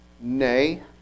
nay